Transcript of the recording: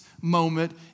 moment